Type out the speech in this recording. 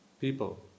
people